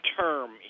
term